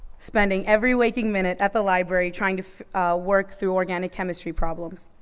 spending every waking minute at the library trying to work through organic chemistry problems.